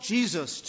Jesus